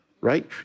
right